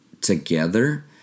together